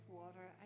water